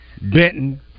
Benton